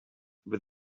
with